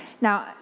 Now